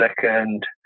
second